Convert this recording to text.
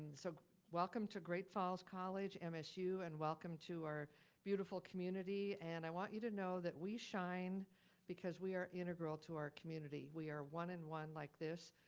so welcome to great falls college msu and welcome to our beautiful community. and i want you to know that we shine because we are integral to our community. we are one and one like this.